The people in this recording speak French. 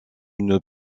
une